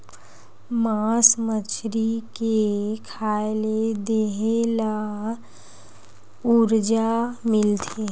मास मछरी के खाए ले देहे ल उरजा मिलथे